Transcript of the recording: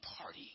party